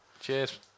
cheers